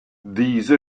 diese